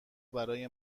برای